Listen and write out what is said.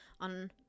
on